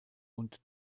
und